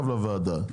לוועדה,